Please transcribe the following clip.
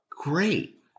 great